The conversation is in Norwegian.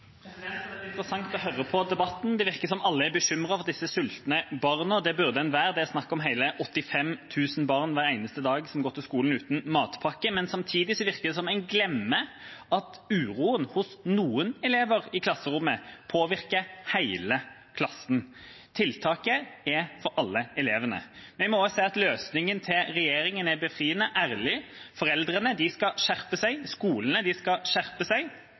disse sultne barna, og det burde en være. Det er snakk om hele 85 000 barn hver eneste dag som går på skolen uten matpakke. Samtidig virker det som om en glemmer at uroen hos noen elever i klasserommet påvirker hele klassen. Tiltaket er for alle elevene. Jeg må også si at løsningen til regjeringa er befriende ærlig: Foreldrene skal skjerpe seg, skolene skal skjerpe seg,